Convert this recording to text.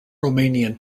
romanian